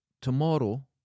tomorrow